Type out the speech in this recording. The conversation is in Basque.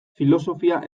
filosofia